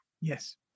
Yes